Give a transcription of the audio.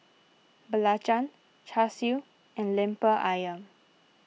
Belacan Char Siu and Lemper Ayam